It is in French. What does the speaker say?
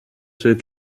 ceux